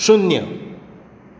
शुन्य